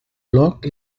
bloc